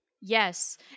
Yes